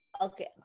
okay